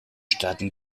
staaten